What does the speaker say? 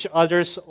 others